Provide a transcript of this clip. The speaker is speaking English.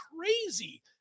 crazy